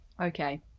Okay